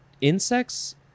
insects